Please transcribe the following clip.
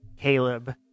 Caleb